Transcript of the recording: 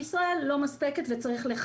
הוא לא הכיר את הדוח ואת החשיבות ולא זכר.